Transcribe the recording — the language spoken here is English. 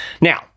Now